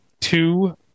two